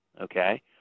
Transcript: Okay